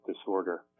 disorder